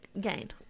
gain